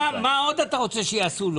מה עוד אתה רוצה שיעשו לו?